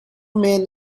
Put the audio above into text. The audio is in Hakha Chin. men